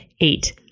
eight